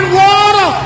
water